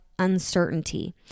Uncertainty